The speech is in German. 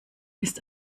ist